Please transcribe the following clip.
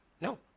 No